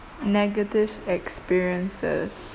negative experiences